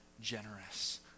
generous